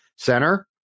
center